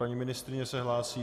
Paní ministryně se hlásí.